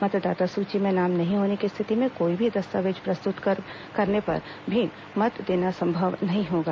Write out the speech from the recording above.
मतदाता सूची में नाम नहीं होने की स्थिति में कोई भी दस्तावेज प्रस्तुत करने पर मत देना संभव नहीं होगा